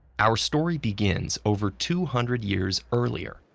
our story begins over two hundred years earlier,